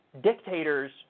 dictators